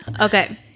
Okay